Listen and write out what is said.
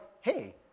hey